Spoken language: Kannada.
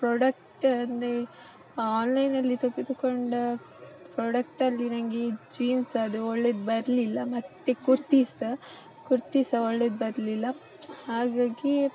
ಪ್ರಾಡಕ್ಟ್ ಅಂದರೆ ಆನ್ಲೈನಲ್ಲಿ ತೆಗೆದುಕೊಂಡ ಪ್ರಾಡಕ್ಟಲ್ಲಿ ನನಗೆ ಜೀನ್ಸ್ ಅದು ಒಳ್ಳೇದು ಬರಲಿಲ್ಲ ಮತ್ತು ಕುರ್ತೀಸ್ ಕುರ್ತಿ ಸಹಾ ಒಳ್ಳೇದು ಬರಲಿಲ್ಲ ಹಾಗಾಗಿ